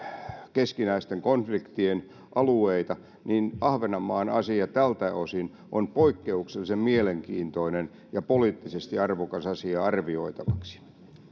keskinäisten konfliktien alueita niin ahvenanmaan asia tältä osin on poikkeuksellisen mielenkiintoinen ja poliittisesti arvokas asia arvioitavaksi